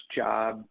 job